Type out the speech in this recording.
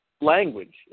Language